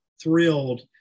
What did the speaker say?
thrilled